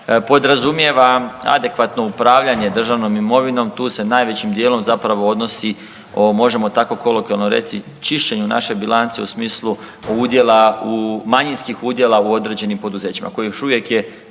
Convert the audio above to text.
podrazumijeva adekvatno upravljanje državnom imovinom. Tu se najvećim dijelom zapravo odnosi, možemo tako kolokvijalno reći, čišćenju naše bilance, u smislu udjela u, manjinskih udjela u određenim poduzećima, koji još uvijek je